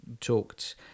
talked